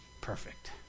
perfect